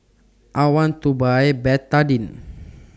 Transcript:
I want to Buy Betadine